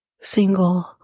single